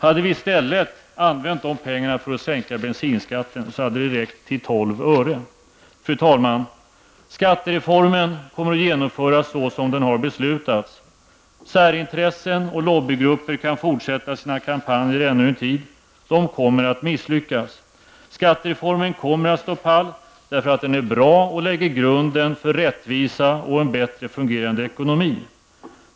Om vi i stället hade använt dessa pengar för att sänka bensinskatten hade det räckt till en sänkning med 12 öre. Fru talman! Skattereformen kommer att genomföras såsom den har beslutats. Särintressen och lobbygrupper kan fortsätta sina kampanjer ännu en tid. De kommer att misslyckas. Skattereformen kommer att stå pall, därför att den är bra och därför att den lägger grunden för rättvisa och en bättre fungerande ekonomi.